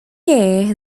year